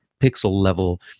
Pixel-level